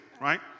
right